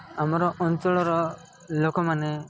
ଆମର ଅଞ୍ଚଳର ଲୋକମାନେ